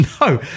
No